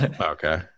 Okay